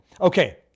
okay